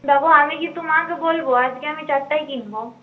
দেখো আমি কিন্তু মাকে বলবো আজকে আমি চারটাই কিনবো